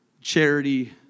Charity